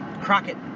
Crockett